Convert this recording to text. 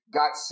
got